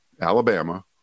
alabama